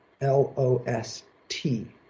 L-O-S-T